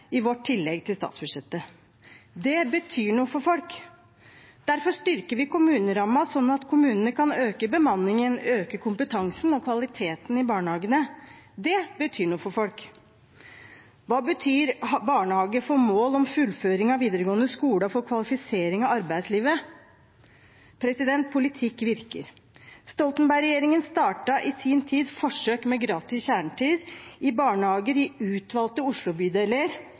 i vårt tillegg til statsbudsjettet. Det betyr noe for folk. Derfor styrker vi kommunerammen sånn at kommunene kan øke bemanningen, øke kompetansen og kvaliteten i barnehagene. Det betyr noe for folk. Hva betyr barnehage for mål om fullføring av videregående skole og for kvalifisering av arbeidslivet? Politikk virker. Stoltenberg-regjeringen startet i sin tid forsøk med gratis kjernetid i barnehager i utvalgte